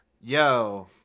Yo